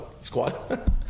squad